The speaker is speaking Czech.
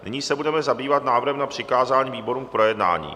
Nyní se budeme zabývat návrhem na přikázání výborům k projednání.